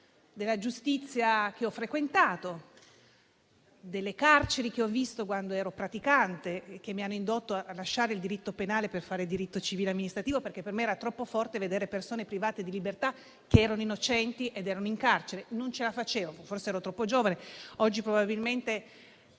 della giustizia che ho frequentato, delle carceri che ho visto quando ero praticante e che mi hanno indotto a lasciare il diritto penale per fare diritto civile e amministrativo, perché per me era troppo forte vedere persone private di libertà, che erano innocenti ed erano in carcere. Non ce la facevo, forse ero troppo giovane, oggi probabilmente